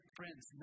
Friends